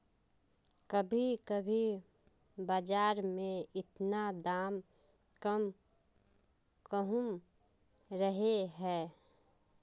कभी कभी बाजार में इतना दाम कम कहुम रहे है?